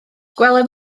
gwelem